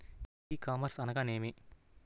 ఈ కామర్స్ అనగా నేమి?